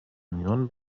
union